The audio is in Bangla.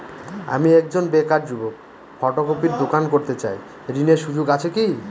আমি একজন বেকার যুবক ফটোকপির দোকান করতে চাই ঋণের সুযোগ আছে কি?